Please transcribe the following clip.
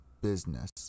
business